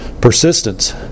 Persistence